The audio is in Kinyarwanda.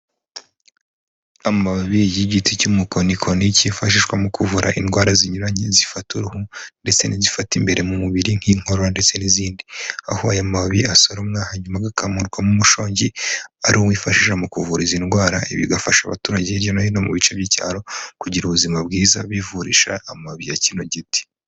Amababi y'igiti cy'umukonikoni cyifashishwa mu kuvura indwara zinyuranye zifata uruhu, ndetse n'izifata imbere mu mubiri nk'inkoro ndetse n'izindi. Aho aya mababi asoromwa hanyuma agakamurwamo umushongi, ari wo wifashishwa mu kuvura izi ndwara, bigafasha abaturage hirya no hino mu bice by'icyaro kugira ubuzima bwiza bivurisha amababi ya kino giti.